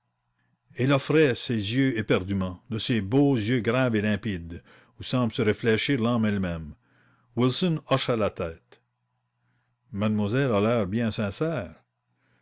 elle offrait ses yeux éperdûment de ces beaux yeux graves et limpides où semble se réfléchir l'âme elle-même wilson hocha la tête mademoiselle a l'air bien sincère